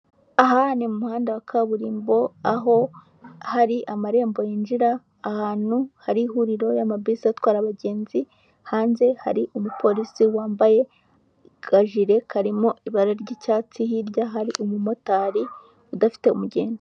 Aha ni mu muhanda wa kaburimbo aho hari amarembo yinjira ahantu hari ihuriro y'amabisi atwara abagenzi, hanze hari umupolisi wambaye akajire karimo ibara ry'icyatsi, hirya hari umumotari udafite umugenzi.